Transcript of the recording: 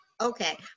okay